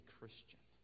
Christian